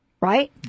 right